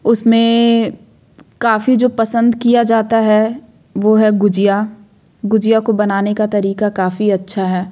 उसमें काफ़ी जो पसंद किया जाता है वो है गुजिया गुजिया को बनने का तरीका काफ़ी अच्छा है